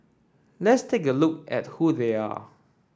let's take a look at who they are